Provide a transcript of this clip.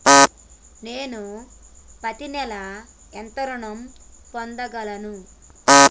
నేను పత్తి నెల ఎంత ఋణం పొందగలను?